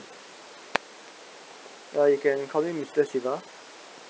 uh you can call me mister shiba